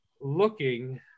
looking